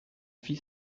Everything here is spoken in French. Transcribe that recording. fit